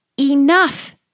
enough